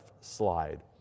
slide